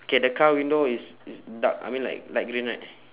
K the car window is is dark I mean like light green right